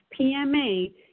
PMA